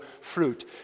fruit